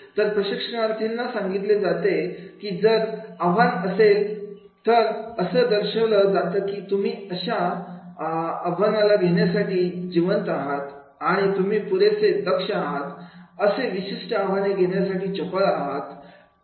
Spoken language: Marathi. तर प्रशिक्षणार्थींना सांगितले जाते की जर तर आव्हान असेल तर असं दर्शवलं जातं की तुम्ही अशी आम्हाला हे घेण्यासाठीच जिवंत आहात आणि तुम्ही पुरेसे दक्ष आहातआणि असे विशिष्ट आव्हाने घेण्यासाठी चपळ आहात